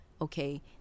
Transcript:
okay